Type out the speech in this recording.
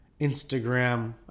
Instagram